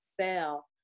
sell